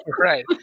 Right